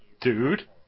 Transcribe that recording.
Dude